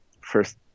first